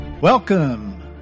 Welcome